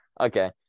Okay